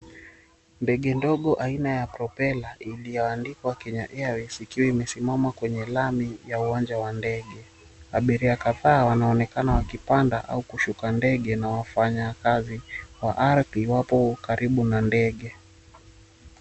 Ndege ndogo aina ya propela, iliyoandikwa Kenya Airways, ikiwa imesimama kwenye lami ya uwanja wa ndege, abiria kadhaa wanaonekana wakipanda au kushuka ndege, na wafanyakazi wa arthi wapo karibu na ndege.